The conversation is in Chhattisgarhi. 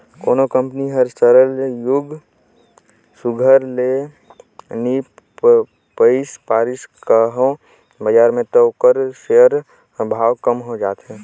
कोनो कंपनी हर सरलग सुग्घर ले नी चइल पारिस कहों बजार में त ओकर सेयर कर भाव कम हो जाथे